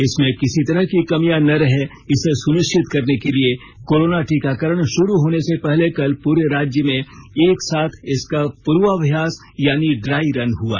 इसमें किसी तरह की कमियां न रहे इसे सुनिश्चित करने के लिए कोरोना टीकाकरण शुरू होने से पहले कल पूरे राज्य में एक साथ इसका पूर्वाभ्यास यानी झाई रन हुआ